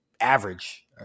average